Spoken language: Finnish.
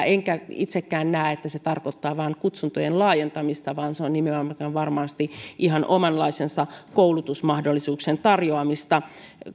enkä itsekään näe että se tarkoittaa vain kutsuntojen laajentamista vaan se on nimenomaan varmasti ihan omanlaistensa koulutusmahdollisuuksien tarjoamista